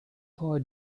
boy